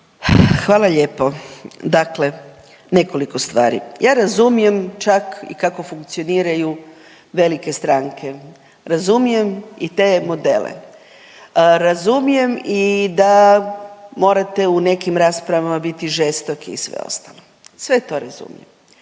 Hvala lijepo. Dakle, nekoliko stvari. Ja razumijem čak i kako funkcioniraju velike stranke, razumijem i te modele, razumijem i da morate u nekim raspravama biti žestoki i sve ostalo, sve to razumijem,